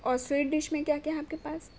اور sweet dish میں کیا کیا ہے آپ کے پاس